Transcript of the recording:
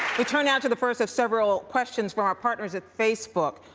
we turn now to the first of several questions from our partners at facebook.